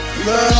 Love